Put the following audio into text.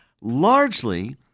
largely